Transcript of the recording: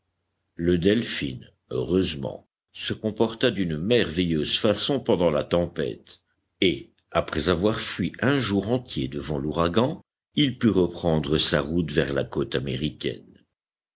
le delphin heureusement se comporta d'une merveilleuse façon pendant la tempête et après avoir fui un jour entier devant l'ouragan il put reprendre sa route vers la côte américaine